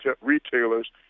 retailers